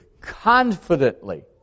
confidently